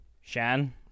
Shan